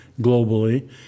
globally